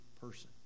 person